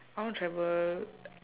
I want to travel